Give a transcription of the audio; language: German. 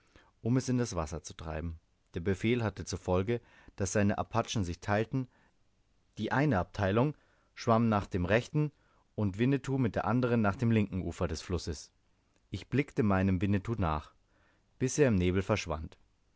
um es in das wasser zu treiben der befehl hatte zur folge daß seine apachen sich teilten die eine abteilung schwamm nach dem rechten und winnetou mit der andern nach dem linken ufer des flusses ich blickte meinem winnetou nach bis er im nebel verschwand